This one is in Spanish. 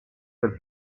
del